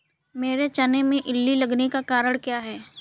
मेरे चने में इल्ली लगने का कारण क्या है?